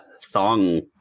thong